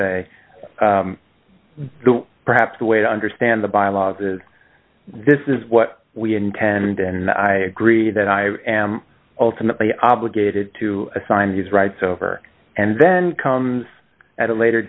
say perhaps the way to understand the bylaws is this is what we intend and i agree that i am ultimately obligated to assign these rights over and then comes at a later